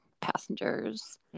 passengers